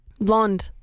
Blonde